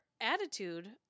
attitude